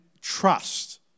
trust